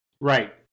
Right